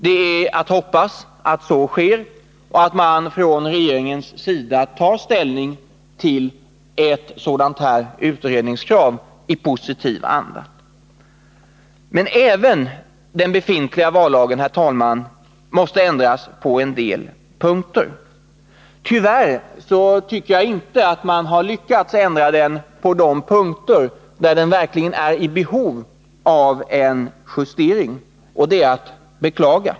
Det är att hoppas att så sker, att man från regeringens sida i positiv anda tar ställning till detta utredningskrav. Men även den befintliga vallagen måste ändras på en del punkter. Tyvärr tycker jag inte att man har lyckats ändra den på de punkter där den verkligen är i behov av en justering. Och det är att beklaga.